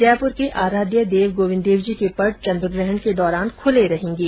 जयपुर के आराध्य देव गोविंद देव जी के पट चंद्रग्रहण के दौरान खूले रहेंगे